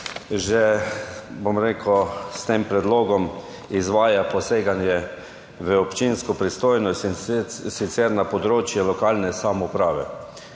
Že, bom rekel, s tem predlogom se izvaja poseganje v občinsko pristojnost, in sicer na področje lokalne samouprave.